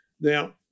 Now